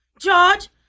George